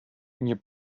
nie